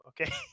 okay